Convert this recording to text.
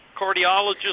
cardiologist